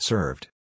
Served